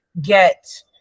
get